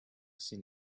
seen